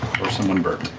or someone burped.